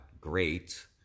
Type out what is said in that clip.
great